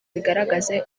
bigaragaze